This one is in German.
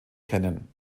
kennen